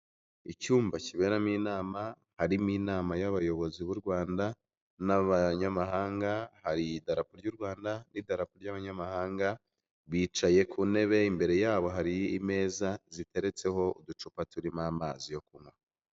Icyumba kiberamo inama, harimo inama y'abayobozi b'u Rwanda, n'Abanyamahanga, hari idarapo ry'u Rwanda n'idarapo ry'Abanyamahanga, bicaye ku ntebe imbere yabo hari imeza ziteretseho uducupa turimo amazi yo kunywa.